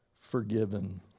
forgiven